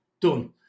Done